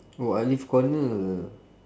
oh alif corner